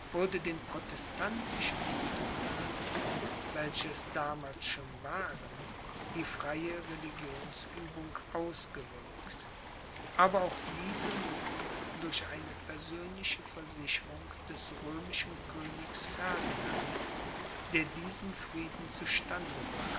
den protestantischen unterthanen welche es damals schon waren die freie religionsübung ausgewirkt aber auch diese nur durch eine persönliche versicherung des römischen königs ferdinand der diesen frieden zu staude brachte